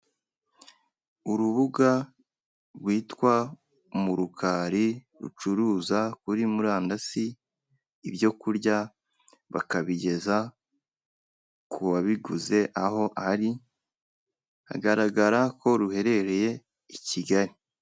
Urubuga rwitwa Murukari, rucuruza kuri murandasi ibyo kurya, bakabigeza ku wabiguze aho ari, hagaragara ko ruherereye i Kigali.